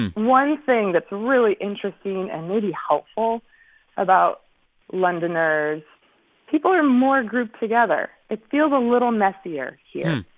one thing that's really interesting and maybe hopeful about londoners people are more grouped together. it feels a little messier here.